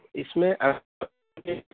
اس میں